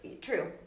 True